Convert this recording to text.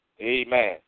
Amen